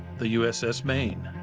the uss maine.